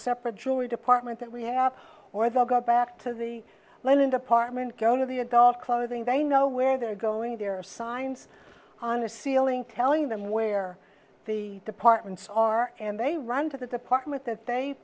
separate jewelry department that we have or they'll go back to the linen department going to the adult clothing they know where they're going there are signs on the ceiling telling them where the departments are and they run to the department that they